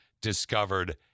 discovered